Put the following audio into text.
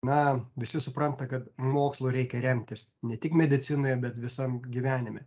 na visi supranta kad mokslu reikia remtis ne tik medicinoje bet visam gyvenime